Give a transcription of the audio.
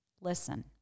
Listen